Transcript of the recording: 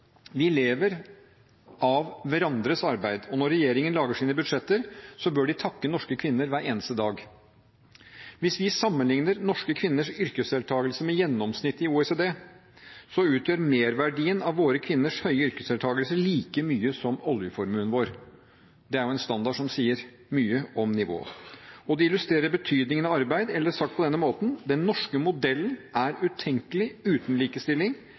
Vi lever av hverandres arbeid, og når regjeringen lager sine budsjetter, bør de takke norske kvinner hver eneste dag. Hvis vi sammenligner norske kvinners yrkesdeltakelse med gjennomsnittet i OECD, utgjør merverdien av våre kvinners høye yrkesdeltakelse like mye som oljeformuen vår. Det er en standard som sier mye om nivået. Det illustrerer også betydningen av arbeid – eller sagt på denne måten: Den norske modellen er utenkelig uten likestilling